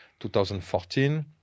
2014